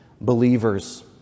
Believers